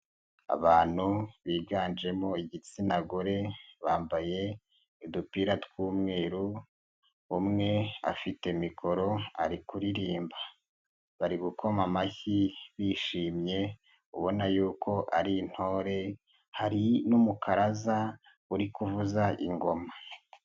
Abantu biganjemo igitsina gore bambaye udupira tw'umweru, umwe afite mikoro ari kuririmba, bari gukoma amashyi bishimye ubona y'uko ari intore, hari n'umukaraza uri kuvuza ingoma.